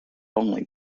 only